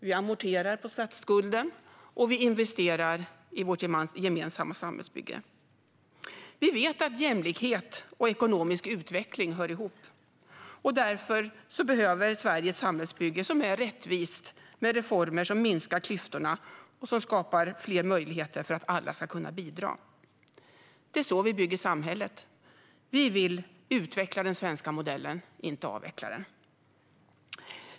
Vi amorterar på statsskulden, och vi investerar i vårt gemensamma samhällsbygge. Vi vet att jämlikhet och ekonomisk utveckling hör ihop. Därför behöver Sverige ett samhällsbygge som är rättvist, med reformer som minskar klyftorna och skapar fler möjligheter för att alla ska kunna bidra. Det är så vi bygger samhället. Vi vill utveckla den svenska modellen, inte avveckla den.